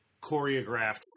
choreographed